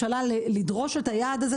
לדרוש את היעד הזה,